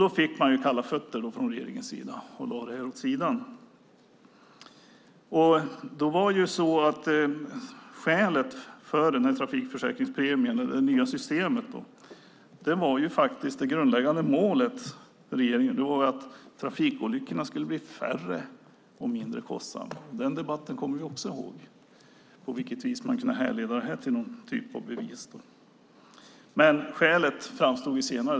Då fick man kalla fötter från regeringens sida och lade detta åt sidan. Det grundläggande målet för trafikförsäkringspremien och det nya systemet var att trafikolyckorna skulle bli färre och mindre kostsamma. Debatten om på vilket vis man kunde härleda detta till någon typ av bevis kommer vi också ihåg, men skälet framstod senare.